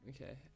Okay